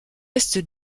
est